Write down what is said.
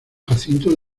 jacinto